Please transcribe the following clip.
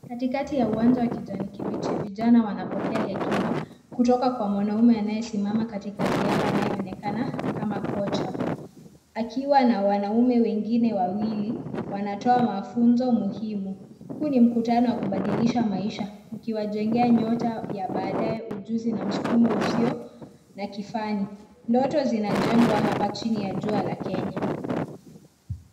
Katikati ya uwanja wa kijani kibichi vijana wana pokea hekima kutoka kwa mwanaume anaye simama katikati yao anaye onekana kama kocha, akiwa na wanaume wengine wawili wanatoa mafunzo muhimu. Huu ni mkutano wa kubadilisha maisha ukiwa jengea nyota ya baadae na ujunzi na mskumo usio na kifani. Ndoto zina jengwa hapa chini ya jua la Kenya.